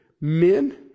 men